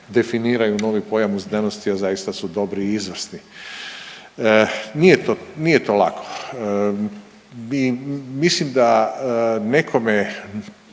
definiraju novi pojam u znanosti, a zaista su dobri i izvrsni. Nije to lako. Mislim da nekome